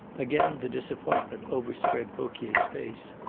again the disappointment overspread vauquier's face.